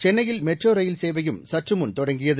சென்னையில் மெட்ரோரயில் சேவையும் சற்றுமுன் தொடங்கியது